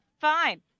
fine